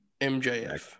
MJF